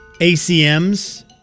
ACMs